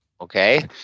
Okay